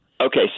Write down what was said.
Okay